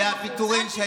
לא